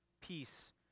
Peace